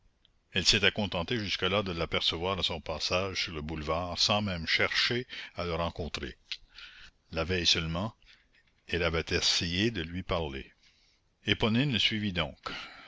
elle s'était contentée jusque-là de l'apercevoir à son passage sur le boulevard sans même chercher à le rencontrer la veille seulement elle avait essayé de lui parler éponine le suivit donc